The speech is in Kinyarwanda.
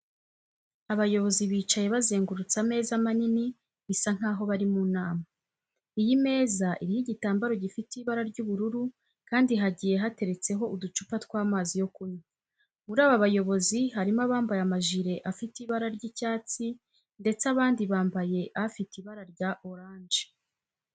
Abayobozi bicaye bazengurutse ameza manini bisa nkaho bari mu nama. Iyi meza iriho igitambaro gifite ibara ry'ubururu kandi hagiye hateretseho uducupa tw'amazi yo kunywa. Muri aba bayobozi harimo abambaye amajire afite ibara ry'icyatsi ndetse abandi bambaye afite ibara rya oranje.